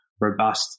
robust